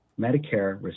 Medicare